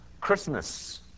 Christmas